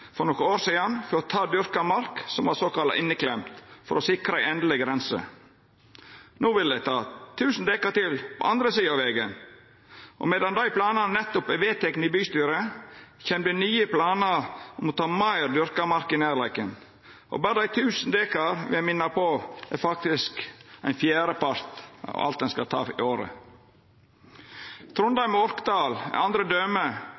for nokre år sidan for å ta dyrka mark som var såkalla inneklemt, for å sikra ei endeleg grense. No vil dei ta 1 000 dekar til på andre sida av vegen, og medan dei planane nettopp er vedtekne i bystyret, kjem det nye planar om å ta meir dyrka mark i nærleiken. Eg vil minna om at desse 1 000 dekar faktisk er ein fjerdepart av alt ein skal ta i året. Trondheim og Orkdal er andre døme